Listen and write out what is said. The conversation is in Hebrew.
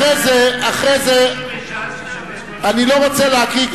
אחרי זה, אם זה קשור לש"ס, אני לא רוצה להגיד.